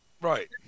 right